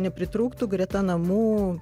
nepritrūktų greta namų